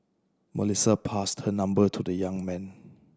Melissa passed her number to the young man